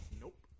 Nope